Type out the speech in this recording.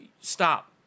stop